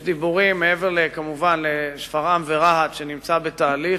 יש דיבורים, מעבר לשפרעם ורהט, שנמצאים בתהליך,